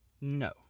No